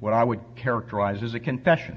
what i would characterize as a confession